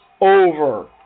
over